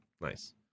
Nice